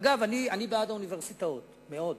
אגב, אני בעד האוניברסיטאות מאוד,